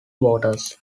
waters